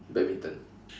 badminton